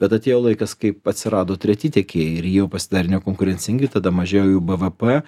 bet atėjo laikas kaip atsirado treti tiekėjai ir jie jau pasidarė nekonkurencingi tada mažėjo jų bvp